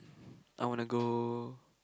I want to go